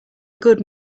good